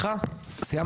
סליחה סליחה, סיימת?